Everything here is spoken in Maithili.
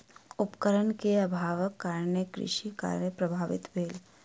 उपकरण के अभावक कारणेँ कृषि कार्य प्रभावित भेल